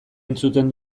entzuten